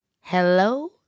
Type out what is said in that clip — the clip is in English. Hello